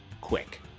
quick